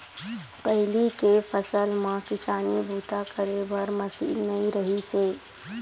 पहिली के समे म किसानी बूता करे बर मसीन नइ रिहिस हे